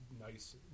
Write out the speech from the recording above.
nice